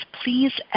please